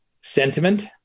sentiment